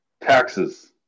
taxes